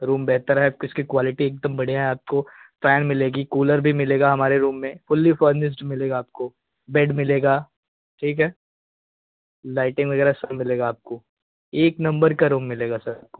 room बेहतर है किसकी क्वालिटी एक दम बढ़िया आपको फ़ैन मिलेगा कूलर भी मिलेगा हमारे रूम में फ़ुल्ली फ़र्नीश्ड मिलेगा आपको बेड मिलेगा ठीक है लाइटिंग वग़ैरह सब मिलेगा आपको एक नंबर का रूम मिलेगा सर आपको